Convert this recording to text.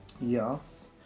Yes